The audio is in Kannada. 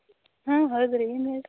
ಹಾಂ ಹೌದ್ರಿ ಏನು ಹೇಳಿರಿ